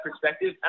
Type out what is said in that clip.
perspective